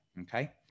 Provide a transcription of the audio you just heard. Okay